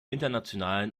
internationalen